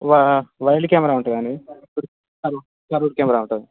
వ wide camera ఉంటుంది అండి కర్వ్డ్ కెమెరా ఉంటుంది